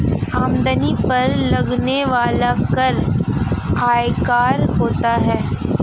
आमदनी पर लगने वाला कर आयकर होता है